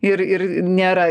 ir ir nėra